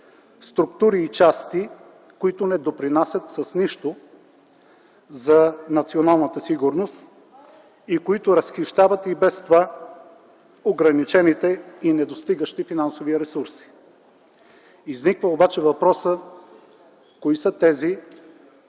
структури и части, които не допринасят с нищо за националната сигурност и които разхищават и без това ограничените и недостигащи финансови ресурси. Изниква обаче въпросът: кои са тези